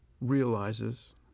realizes